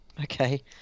Okay